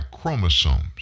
chromosomes